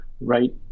right